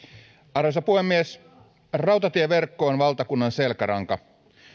arvoisa puhemies rautatieverkko on valtakunnan selkäranka